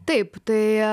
taip tai